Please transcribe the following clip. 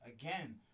again